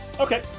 okay